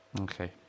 okay